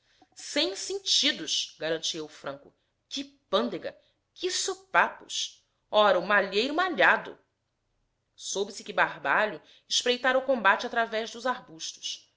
sem sentidos garantia o franco que pândega que sopapos ora o malheiro malhado soube se que barbalho espreitara o combate através dos arbustos